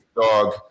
dog